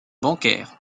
bancaire